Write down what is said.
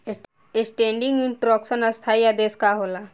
Standing instruction स्थाई आदेश का होला?